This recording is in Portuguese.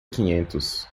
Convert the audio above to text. quinhentos